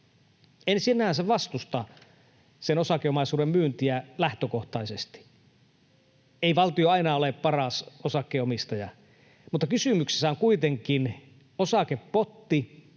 En sinänsä vastusta sen osakeomaisuuden myyntiä lähtökohtaisesti. Ei valtio aina ole paras osakkeenomistaja, mutta kysymyksessä on kuitenkin osakepotti,